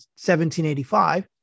1785